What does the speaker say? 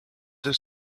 deux